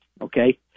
Okay